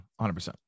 100%